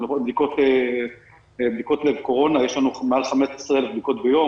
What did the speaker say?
בדיקות לקורונה יש לנו מעל 15,000 בדיקות ביום,